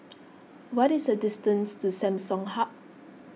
what is the distance to Samsung Hub